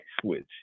switch